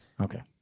Okay